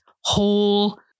whole